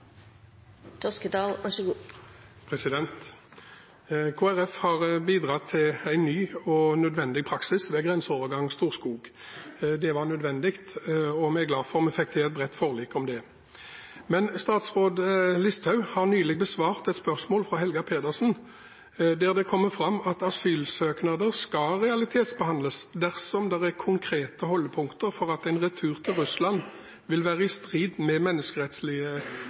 nødvendig praksis ved grenseovergangen Storskog. Det var nødvendig, og vi er glad for at vi fikk til et bredt forlik om det. Men statsråd Listhaug har nylig besvart et spørsmål fra Helga Pedersen der det kommer fram at asylsøknader skal realitetsbehandles dersom det er konkrete holdepunkter for at en retur til Russland vil være i strid med menneskerettslige